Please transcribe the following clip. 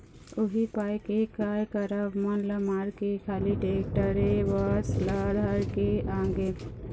उही पाय के काय करँव मन ल मारके खाली टेक्टरे बस ल धर के आगेंव